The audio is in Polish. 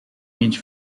mieć